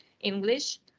English